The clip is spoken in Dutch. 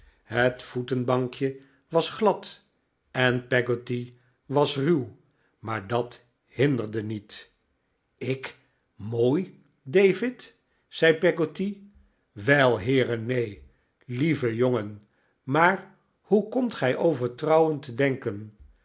het voetenbankje was glad en peggotty was rirwymaar dat hinderde niet ik mooi david zei peggotty wel heere neen lieve jongen maar hoe komt gij over trouwen te denken